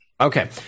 Okay